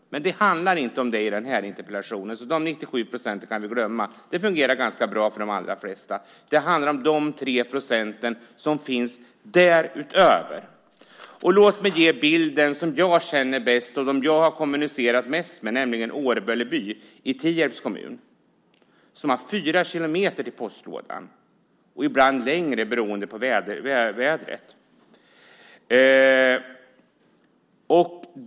Men det handlar inte om det i den här interpellationen, så de 97 procenten kan vi glömma. Det fungerar ganska bra för de allra flesta. Det handlar om de 3 % som finns därutöver. Låt mig ge den bild som jag känner bäst! Det handlar om dem som jag har kommunicerat mest med, nämligen dem i Årböle by i Tierps kommun. De har fyra kilometer till postlådan och ibland längre, beroende på vädret.